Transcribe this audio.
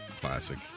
Classic